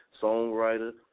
songwriter